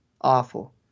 Awful